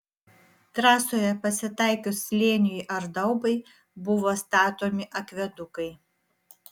trasoje pasitaikius slėniui ar daubai buvo statomi akvedukai